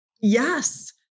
Yes